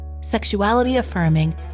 sexuality-affirming